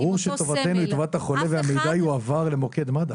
ברור שטובתנו היא טובת החולה והמידע יועבר למוקד מד"א,